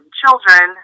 children